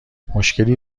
مشکلی